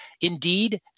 indeed